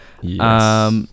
Yes